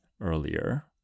earlier